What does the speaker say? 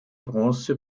bronze